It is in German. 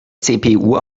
cpu